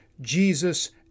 Jesus